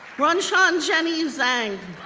runchan jenni zhang,